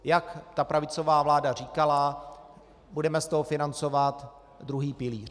Jak ta pravicová vláda říkala, budeme z toho financovat druhý pilíř.